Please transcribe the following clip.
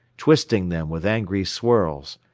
twisting them with angry swirls,